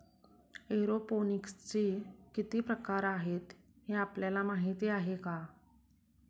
एरोपोनिक्सचे किती प्रकार आहेत, हे आपल्याला माहित आहे का?